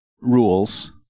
rules